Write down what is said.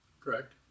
correct